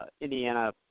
Indiana